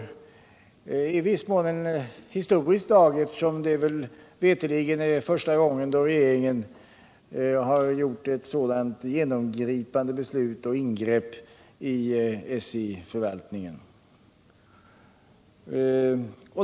Det var i viss mån en historisk dag, eftersom det veterligen är första gången regeringen gjort ett så genomgripande ingrepp SJ-förvaltningen.